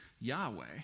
Yahweh